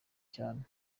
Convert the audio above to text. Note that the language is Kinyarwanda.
cyane